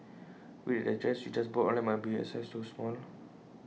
worried that the dress you just bought online might be A size too small